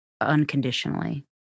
unconditionally